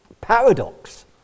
paradox